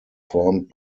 formed